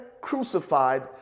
crucified